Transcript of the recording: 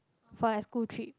for my school trip